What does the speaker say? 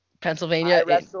Pennsylvania